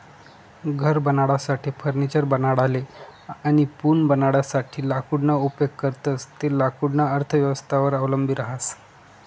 घर बनाडासाठे, फर्निचर बनाडाले अनी पूल बनाडासाठे लाकूडना उपेग करतंस ते लाकूडना अर्थव्यवस्थावर अवलंबी रहास